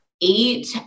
eight